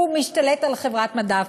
הוא משתלט על חברת מדף.